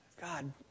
God